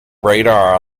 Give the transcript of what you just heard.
radar